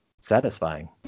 satisfying